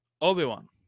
Obi-Wan